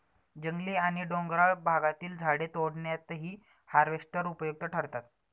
जंगली आणि डोंगराळ भागातील झाडे तोडण्यातही हार्वेस्टर उपयुक्त ठरतात